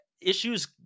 issues